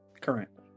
Currently